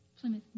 Plymouth